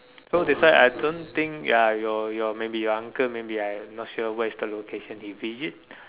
so that's why I don't think ya your your maybe your uncle maybe I not sure where is the location he visit